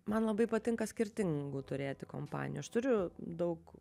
man labai patinka skirtingų turėti kompanijų aš turiu daug